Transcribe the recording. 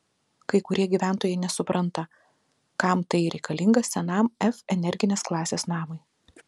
kai kurie gyventojai nesupranta kam tai reikalinga senam f energinės klasės namui